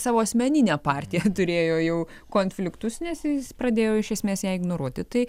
savo asmenine partija turėjo jau konfliktus nes jis pradėjo iš esmės ją ignoruoti tai